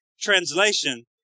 translation